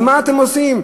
אז מה אתם עושים?